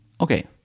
okay